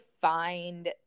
find